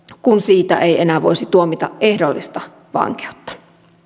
kun siitä ei enää voisi tuomita ehdollista vankeutta